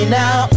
now